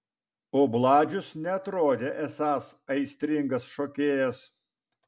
o bladžius neatrodė esąs aistringas šokėjas